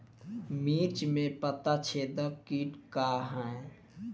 मिर्च में पता छेदक किट का है?